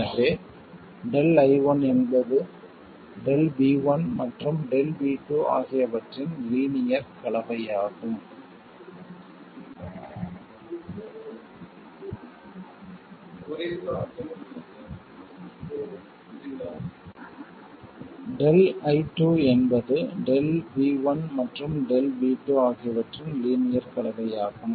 எனவே ΔI1 என்பது ΔV1 மற்றும் ΔV2 ஆகியவற்றின் லீனியர் கலவையாகும் ΔI2 என்பது ΔV1 மற்றும் ΔV2 ஆகியவற்றின் லீனியர் கலவையாகும்